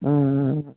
ಹ್ಞೂ ಹ್ಞೂ